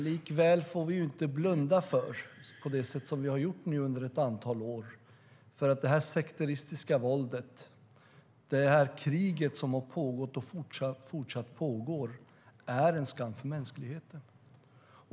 Likväl får vi inte på det sätt som vi nu har gjort under ett antal år blunda för att det sekteristiska våld och det krig som har pågått och fortsatt pågår är en skam för mänskligheten.